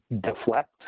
deflect